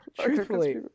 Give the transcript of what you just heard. Truthfully